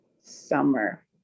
summer